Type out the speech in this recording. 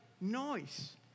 noise